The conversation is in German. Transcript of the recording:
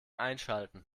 einschalten